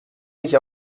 mich